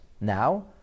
now